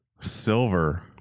silver